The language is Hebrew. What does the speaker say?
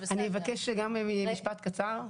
אני אבקש גם משפט קצר.